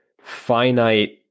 finite